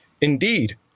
Indeed